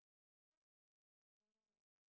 oh I don't have any six